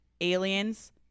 aliens